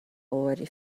already